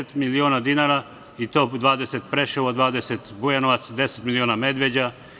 Pedeset miliona dinara i to 20 Preševo, 20 Bujanovac, 10 miliona Medveđa.